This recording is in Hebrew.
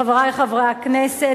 חברי חברי הכנסת,